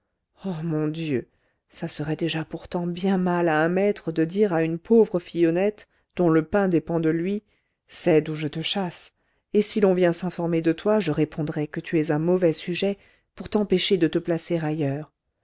oh mon dieu ça serait déjà pourtant bien mal à un maître de dire à une pauvre fille honnête dont le pain dépend de lui cède ou je te chasse et si l'on vient s'informer de toi je répondrai que tu es un mauvais sujet pour t'empêcher de te placer ailleurs